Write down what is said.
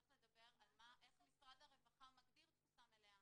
צריך לדבר על איך משרד הרווחה מגדיר תפוסה מלאה.